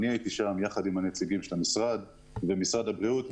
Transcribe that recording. אני הייתי שם יחד עם הנציגים של המשרד ושל משרד הבריאות.